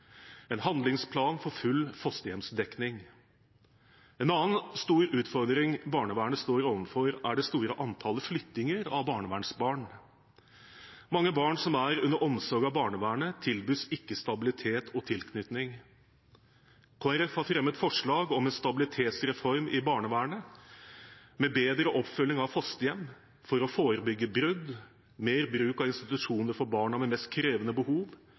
en handlingsplan for full fosterhjemsdekning. En annen stor utfordring barnevernet står overfor, er det store antallet flyttinger av barnevernsbarn. Mange barn som er under omsorg av barnevernet, tilbys ikke stabilitet og tilknytning. Kristelig Folkeparti har fremmet forslag om en stabilitetsreform i barnevernet med bedre oppfølging av fosterhjem for å forebygge brudd, mer bruk av institusjoner for barn med de mest krevende